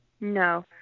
no